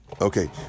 Okay